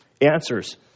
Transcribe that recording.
answers